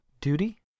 duty